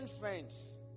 friends